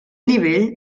nivell